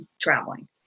traveling